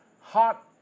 hot